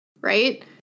right